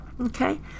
Okay